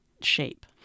shape